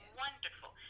wonderful